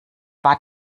war